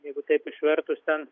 jeigu taip išvertus ten